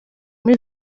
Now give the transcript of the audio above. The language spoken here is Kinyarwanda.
muri